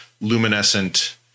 luminescent